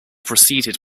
preceded